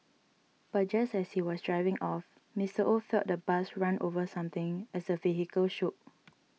but just as he was driving off Mister Oh felt the bus run over something as the vehicle shook